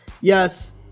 Yes